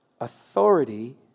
authority